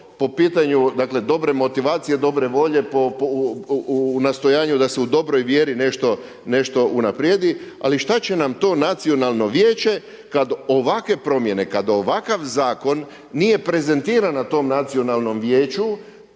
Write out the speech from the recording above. po pitanju, dakle dobre motivacije, dobre volje u nastojanju da se u dobroj vjeri nešto unaprijedi. Ali šta će nam to nacionalno vijeće kada ovakve promjene, kad ovakav zakon nije prezentiran na tom nacionalnom vijeću